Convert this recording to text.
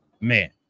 Man